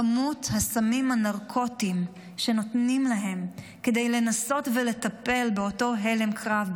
כמות הסמים הנרקוטיים שנותנים להם כדי לנסות ולטפל באותו הלם קרב,